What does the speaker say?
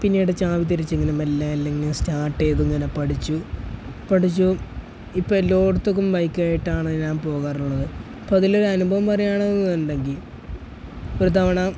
പിന്നീട് ചാവി തിരിച്ച് ഇങ്ങനെ മെല്ലെമെല്ലെ ഇങ്ങനെ സ്റ്റാർട്ട് ചെയ്തു ഇങ്ങനെ പഠിച്ചു പഠിച്ചു ഇപ്പോൾ എല്ലായിടത്തേക്കും ബൈക്കായിട്ടാണ് ഞാൻ പോകാറുള്ളത് അപ്പോൾ അതിലൊരു അനുഭവം പറയുകയാണെന്നുണ്ടെങ്കിൽ ഒരു തവണ